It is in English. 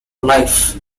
life